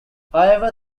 however